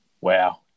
Wow